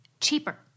cheaper